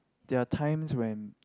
there are times when